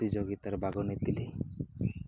ପ୍ରତିଯୋଗିତାରେ ଭାଗ ନେଇଥିଲି